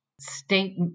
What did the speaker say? state